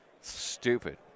Stupid